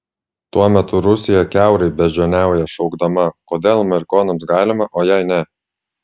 tuo metu rusija kiaurai beždžioniauja šaukdama kodėl amerikonams galima o jai ne